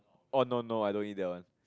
oh no no I don't eat that one